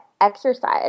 exercise